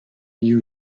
you